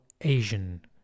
Asian